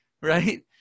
Right